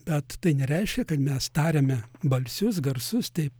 bet tai nereiškia kad mes tariame balsius garsus taip